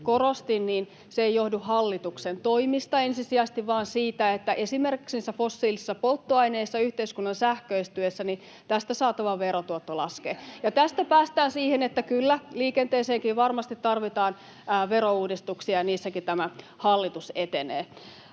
korostin, se ei johdu hallituksen toimista ensisijaisesti vaan siitä, että esimerkiksi fossiilisista polttoaineista yhteiskunnan sähköistyessä saatava verotuotto laskee. [Suna Kymäläisen välihuuto] Ja tästä päästään siihen, että kyllä, liikenteeseenkin varmasti tarvitaan verouudistuksia ja niissäkin tämä hallitus etenee.